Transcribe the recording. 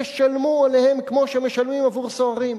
תשלמו עליהם כמו שמשלמים עבור סוהרים.